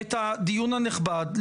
את הדיון הנכבד,